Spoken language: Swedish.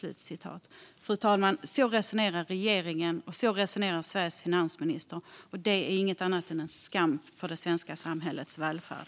Så resonerar regeringen och Sveriges finansminister, fru talman, och det är inget annat än en skam för det svenska samhällets välfärd.